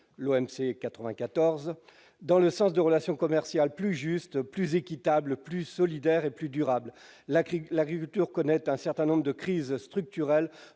l'OMC 94 dans le sens de relations commerciales plus juste, plus équitable, plus solidaire et plus durable la crise l'agriculture connaître un certain nombre de crises structurelles,